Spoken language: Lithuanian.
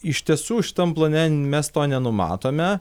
iš tiesų šitam plane mes to nenumatome